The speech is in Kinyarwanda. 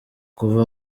kuva